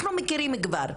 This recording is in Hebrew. אנחנו מכירים כבר.